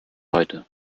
heute